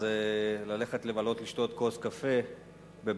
זה ללכת לבלות ולשתות כוס קפה בבית-קפה,